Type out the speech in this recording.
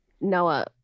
Noah